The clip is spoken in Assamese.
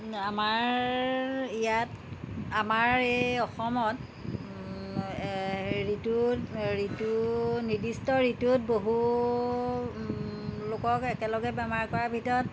আমাৰ ইয়াত আমাৰ এই অসমত ঋতুত ঋতু নিৰ্দিষ্ট ঋতুত বহু লোকক একেলগে বেমাৰ কৰাৰ ভিতৰত